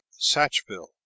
Satchville